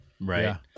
Right